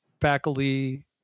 Faculty